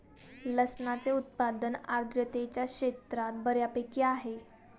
लसणाचे उत्पादन आर्द्रतेच्या क्षेत्रात बऱ्यापैकी आहे